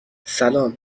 سلام